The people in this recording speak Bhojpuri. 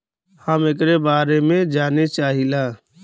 हम एकरे बारे मे जाने चाहीला?